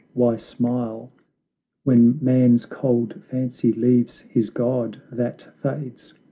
why smile when man's cold fancy leaves his god that fades?